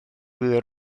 gwylio